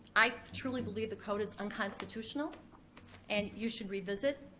i truly believe the code is unconstitutional and you should revisit